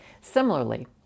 Similarly